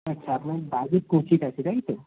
আচ্ছা আপনার বাজেট পঁচিশ আছে তাই তো